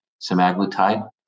semaglutide